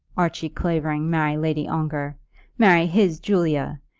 archie clavering marry lady ongar marry his julia!